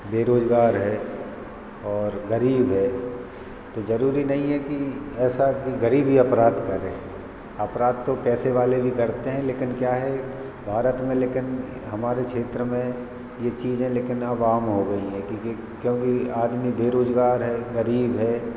बेरोज़गार है और ग़रीब है तो ज़रूरी नहीं है कि ऐसा कि ग़रीब ही अपराध करे अपराध तो पैसे वाले भी करते हैं लेकिन क्या है भारत में लेकिन हमारे क्षेत्र में ये चीज़ें लेकिन अब आम हो गई हैं क्योंकि क्योंकि आदमी बेरोज़गार है ग़रीब है